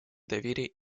доверия